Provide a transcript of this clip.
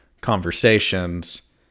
conversations